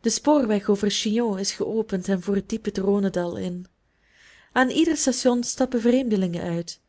de spoorweg over chillon is geopend en voert diep het rhônedal in aan ieder station stappen vreemdelingen uit